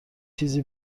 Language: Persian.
چیزی